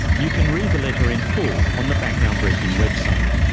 you can read the letter in full on the background briefing website.